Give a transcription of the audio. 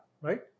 Right